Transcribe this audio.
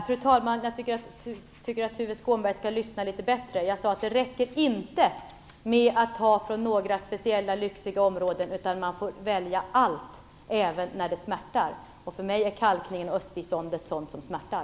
Fru talman! Nej, jag tycker att Tuve Skånberg skall lyssna litet bättre. Jag sade att det inte räcker att ta från några speciella lyxiga områden, utan man får välja - allt även när det smärtar. För mig är kalkningen och östbiståndet sådant som smärtar.